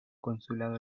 consulado